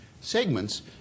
segments